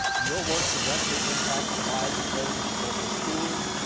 your work directly impacts the lives of those in your local schools,